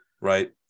right